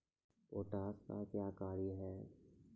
Potash का क्या कार्य हैं?